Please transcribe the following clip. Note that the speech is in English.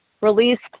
released